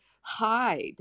hide